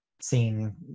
seen